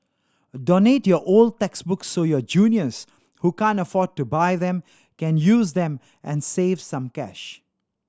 donate your old textbooks so your juniors who can't afford to buy them can use them and save some cash